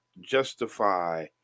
justify